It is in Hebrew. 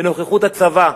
בנוכחות הצבא,